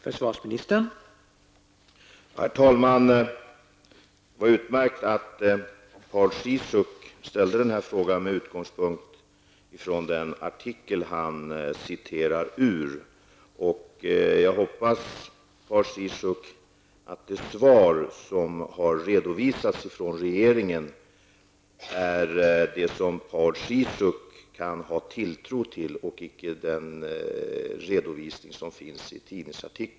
Herr talman! Det var utmärkt att Paul Ciszuk ställde den här frågan med utgångspunkt i den artikel han citerade ur. Jag hoppas, Paul Ciszuk, att det svar som har redovisats från regeringen är det som Paul Ciszuk har tilltro till och icke den redovisning som görs i tidningsartikeln.